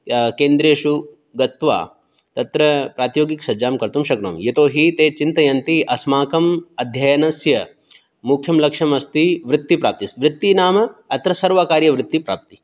केन्द्रेषु गत्वा तत्र प्रातियोगिकसज्जां कर्तुं शक्नोमि यतोहि ते चिन्तयन्ति अस्माकम् अध्ययनस्य मुख्यं लक्ष्यमस्ति वृत्तिप्राप्तिः वृत्तिः नाम अत्र सर्वकार्यवृत्तिप्राप्तिः